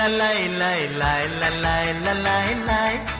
um nine nine like nine nine nine nine nine